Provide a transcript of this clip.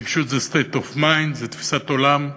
נגישות זה state of mind, זו תפיסת עולם,